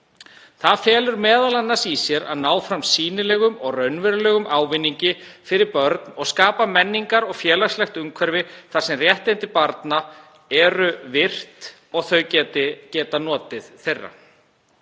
Það felur m.a. í sér að ná fram sýnilegum og raunverulegum ávinningi fyrir börn og skapa menningar- og félagslegt umhverfi þar sem réttindi barna eru virt og þau geti geta notið þeirra.